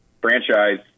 franchise